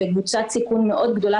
וקבוצת סיכון מאוד גדולה,